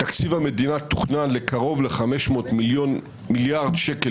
תקציב המדינה תוכנן לקרוב ל-500 מיליארד שקל